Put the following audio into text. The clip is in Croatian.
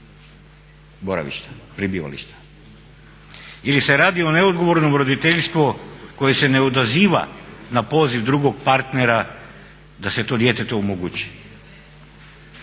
mjesta prebivališta. Ili se radi o neodgovornom roditeljstvu koje se ne odaziva na poziv drugog partnera da se to djetetu omogući.